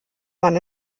man